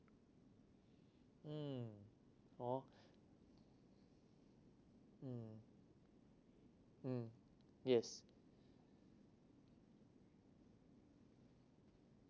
mm hor mm mm yes